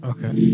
Okay